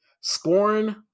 Scorn